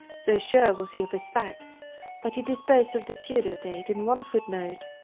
so sure was he of his facts that he disposed of the pseudo-date in one footnote.